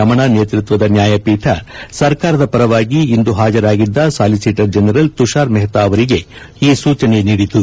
ರಮಣ ನೇತೃತ್ವದ ನ್ಯಾಯಪೀಠ ಸರ್ಕಾರದ ಪರವಾಗಿ ಇಂದು ಹಾಜರಾಗಿದ್ದ ಸಾಲಿಸಿಟರ್ ಜನರಲ್ ತುಷಾರ್ ಮೆಹ್ತಾ ಅವರಿಗೆ ಈ ಸೂಚನೆ ನೀಡಿತು